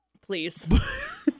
please